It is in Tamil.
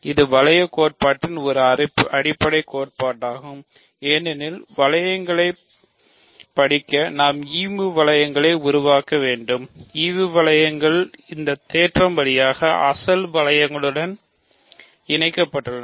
இது வளையக் கோட்பாட்டின் ஒரு அடிப்படைக் கோட்பாடாகும் ஏனெனில் வளையங்களைப் படிக்க நாம் ஈவு வளையங்களை உருவாக்க வேண்டும் மற்றும் ஈவு வளையங்கள் இந்த தேற்றம் வழியாக அசல் வளையங்களுடன் இணைக்கப்பட்டுள்ளன